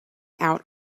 out